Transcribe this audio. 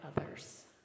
others